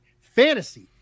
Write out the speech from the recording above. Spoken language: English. fantasy